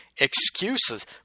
excuses